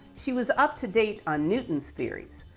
she was up to date on newton's theories.